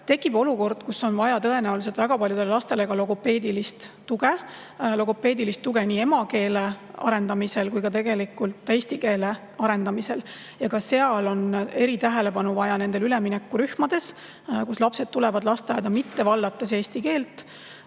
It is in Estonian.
Tekib olukord, kus tõenäoliselt on vaja väga paljudele lastele logopeedilist tuge – logopeedilist tuge nii emakeele arendamisel kui ka eesti keele arendamisel. Ja ka seal on eritähelepanu vaja nendes üleminekurühmades, kus lapsed tulevad lasteaeda mitte vallates eesti keelt,